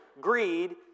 greed